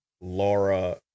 Laura